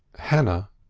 hannah,